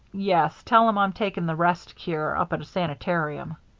yes. tell him i'm taking the rest cure up at a sanitarium.